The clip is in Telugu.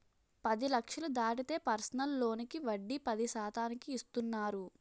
పది లక్షలు దాటితే పర్సనల్ లోనుకి వడ్డీ పది శాతానికి ఇస్తున్నారు